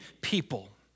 people